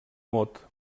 mot